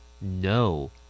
No